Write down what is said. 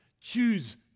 Choose